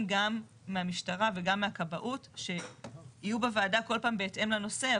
מהמשטרה ומהכבאות שיהיו בוועדה בהתאם לנושא.